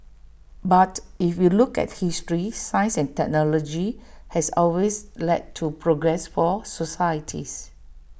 but if you look at history science and technology has always led to progress for societies